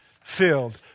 filled